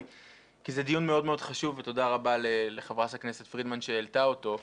כי זה דיון מאוד חשוב ותודה רבה לחברת הכנסת פרידמן שהעלתה אותו.